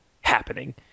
happening